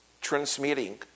transmitting